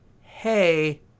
hey